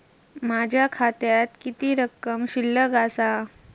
माझ्या खात्यात किती रक्कम शिल्लक आसा?